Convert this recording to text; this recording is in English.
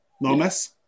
Lomas